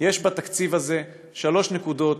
יש בתקציב הזה שלוש נקודות